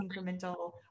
incremental